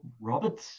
Robert